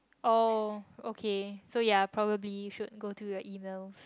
oh okay so you're probably should go to the email